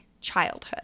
childhood